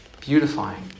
beautifying